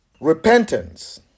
repentance